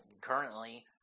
currently